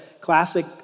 classic